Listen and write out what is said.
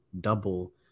double